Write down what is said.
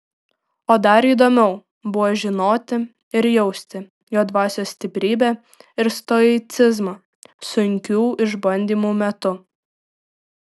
o dar įdomiau buvo žinoti ir jausti jo dvasios stiprybę ir stoicizmą sunkių išbandymų metu